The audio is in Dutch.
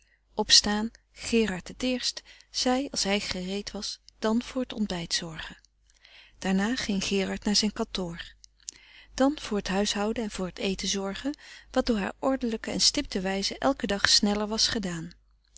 opstaan gerard t eerst zij als hij gereed was dan voor t ontbijt zorgen daarna ging gerard naar zijn kantoor dan voor t huishouden en voor t eten zorgen wat door haar ordelijke en stipte wijze elken dag sneller was gedaan